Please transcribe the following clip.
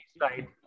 right